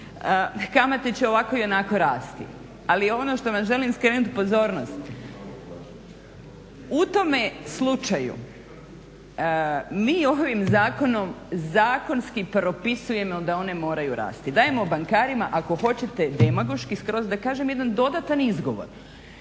Kamate će i ovako i onako rasti, ali ono na što vam želim skrenuti pozornost. U tome slučaju mi ovim zakonom zakonski propisujemo da one moraju rasti, dajemo bankarima, ako hoćete demagoški skroz da kažem, jedan dodatan izgovor.